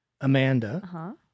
Amanda